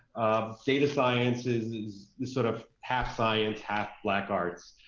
data science is is sort of half science, half black arts,